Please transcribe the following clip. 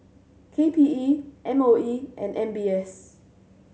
K P E M O E and M B S